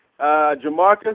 Jamarcus